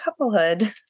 couplehood